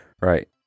Right